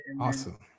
Awesome